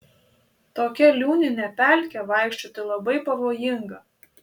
tokia liūnine pelke vaikščioti labai pavojinga